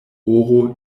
oro